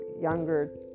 younger